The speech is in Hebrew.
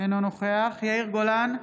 אינו נוכח יאיר גולן,